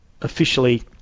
officially